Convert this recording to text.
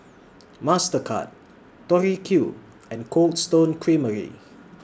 Mastercard Tori Q and Cold Stone Creamery